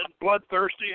bloodthirsty